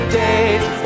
days